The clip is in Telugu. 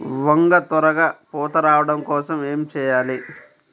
వంగ త్వరగా పూత రావడం కోసం ఏమి చెయ్యాలి?